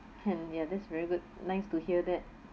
can ya that's very good nice to hear that